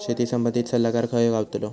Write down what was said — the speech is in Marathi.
शेती संबंधित सल्लागार खय गावतलो?